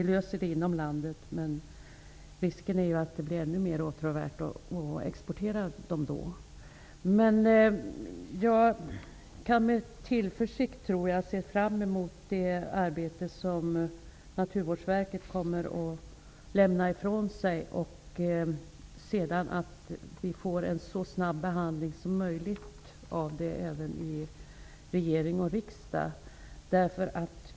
Vi löser det inom landet, men risken är att det blir ännu mer åtråvärt att exportera dessa varor. Jag ser med tillförsikt fram mot det arbete som Naturvårdsverket kommer att lämna ifrån sig, och jag hoppas att det sedan sker en behandling så snabbt som möjligt i regering och riksdag.